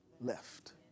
left